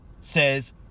says